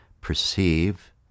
perceive